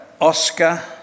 Oscar